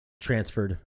transferred